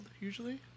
usually